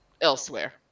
elsewhere